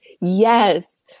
Yes